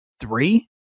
Three